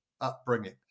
upbringing